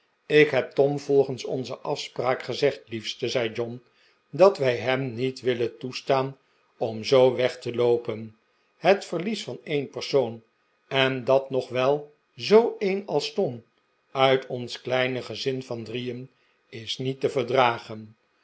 ik heb tom volgens onze afspraak gezegd liefste zei john dat wij hem niet willen toestaan om zoo weg te loopen het verlies van een persoon en dat nog wel zoo een als tom uit ons kleine gezin van drieen is niet te verdragen